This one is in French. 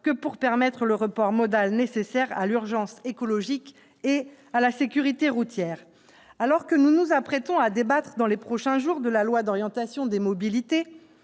que pour permettre le report modal nécessaire à l'urgence écologique et à la sécurité routière. Alors que nous nous apprêtons à débattre dans les prochains jours du projet de loi d'orientation des mobilités,